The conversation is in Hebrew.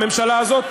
הממשלה הזאת,